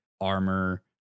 Armor